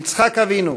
יצחק אבינו,